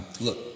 Look